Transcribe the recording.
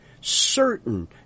certain